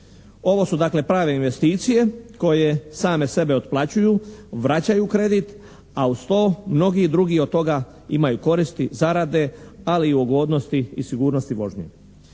Ovo su dakle, prave investicije koje same sebe otplaćuju, vraćaju kredit, a uz to mnogi drugi od toga imaju koristi, zarade, ali i ugodnosti i sigurnosti vožnje.